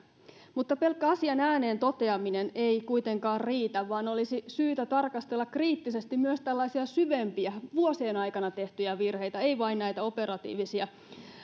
mutta pelkkä asian ääneen toteaminen ei kuitenkaan riitä vaan olisi syytä tarkastella kriittisesti myös tällaisia syvempiä vuosien aikana tehtyjä virheitä ei vain näitä operatiivisia